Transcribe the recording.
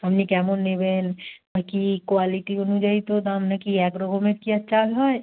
আপনি কেমন নেবেন বা কি কোয়ালিটি অনুযায়ী তো দাম না কি এক রকমের কি আর চাল হয়